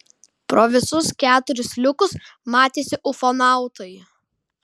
pro visus keturis liukus matėsi ufonautai